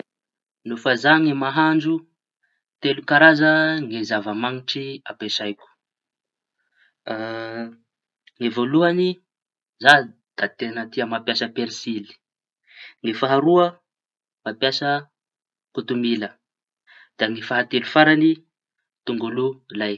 No fa za ny mahandro, telo karaza ny zava mañitry ampiasaiko. Ny voalohañy za da teña tia mampiasa persily, ny faharoa mampiasa kotomila da ny fahatelo farañy tongolo lay.